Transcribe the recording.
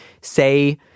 Say